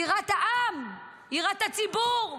יראת העם, יראת הציבור.